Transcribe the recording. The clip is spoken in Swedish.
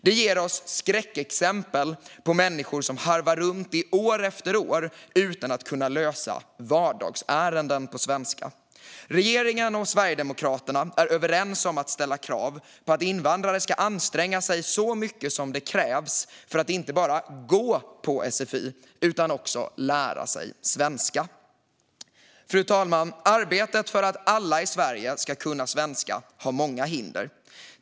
Det ger oss skräckexempel med människor som harvar runt år efter år utan att kunna lösa vardagsärenden på svenska. Regeringen och Sverigedemokraterna är överens om att ställa krav på att invandrare ska anstränga sig så mycket som det krävs, inte bara för att gå på sfi utan också för att lära sig svenska. Fru talman! Arbetet för att alla i Sverige ska kunna svenska har många hinder.